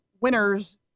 winners